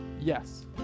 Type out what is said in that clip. Yes